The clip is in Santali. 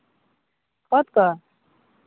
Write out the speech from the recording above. ᱠᱷᱚᱛ ᱠᱚ